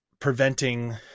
preventing